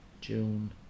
june